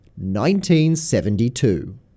1972